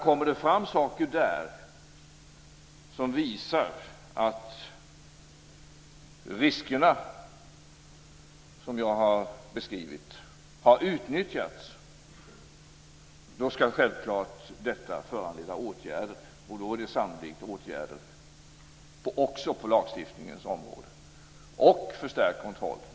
Kommer det fram saker som visar att de risker som jag har beskrivit har besannats, skall detta självklart föranleda åtgärder, inbegripet åtgärder på lagstiftningens område och förstärkt kontroll.